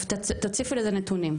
תציפי לזה נתונים.